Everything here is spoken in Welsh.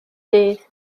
dydd